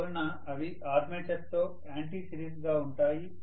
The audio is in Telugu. అందువలన అవి ఆర్మేచర్తో యాంటీ సిరీస్గా ఉంటాయి